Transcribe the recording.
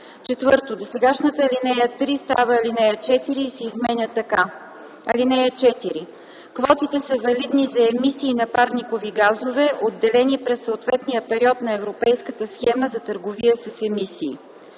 4. Досегашната ал. 3 става ал. 4 и се изменя така: „(4) Квотите са валидни за емисии на парникови газове, отделени през съответния период на Европейската схема за търговия с емисии.”